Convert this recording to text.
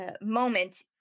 moment